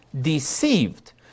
deceived